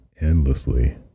endlessly